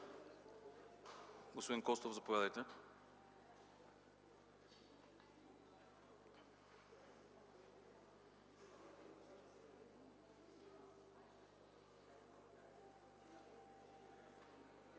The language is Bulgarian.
Господин Вълков, заповядайте